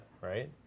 right